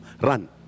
run